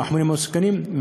מהחומרים המסוכנים.